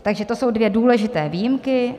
Takže to jsou dvě důležité výjimky.